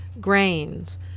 grains